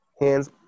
hands